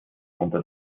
unter